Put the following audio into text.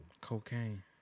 Cocaine